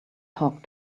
talk